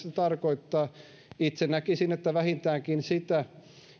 se tarkoittaa itse näkisin että vähintäänkin sitä